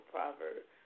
Proverbs